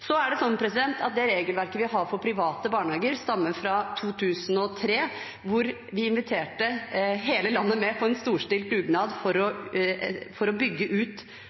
Det regelverket vi har for private barnehager, stammer fra 2003, hvor vi inviterte hele landet med på en storstilt dugnad for å bygge ut